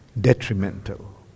detrimental